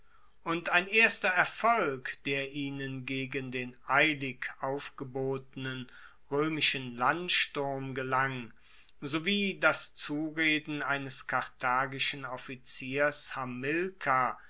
und ein erster erfolg der ihnen gegen den eilig aufgebotenen roemischen landsturm gelang sowie das zureden eines karthagischen offiziers hamilkar